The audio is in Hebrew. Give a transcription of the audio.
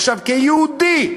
עכשיו, כיהודי,